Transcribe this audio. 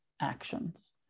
actions